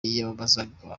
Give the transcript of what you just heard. yiyamamazaga